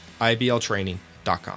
ibltraining.com